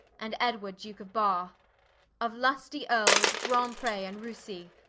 and edward duke of barr of lustie earles, grandpree and roussie,